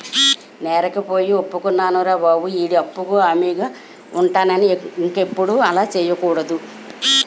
నేరకపోయి ఒప్పుకున్నారా బాబు ఈడి అప్పుకు హామీగా ఉంటానని ఇంకెప్పుడు అలా సెయ్యకూడదు